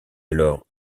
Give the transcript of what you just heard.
alors